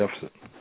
deficit